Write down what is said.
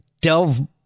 delve